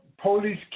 Police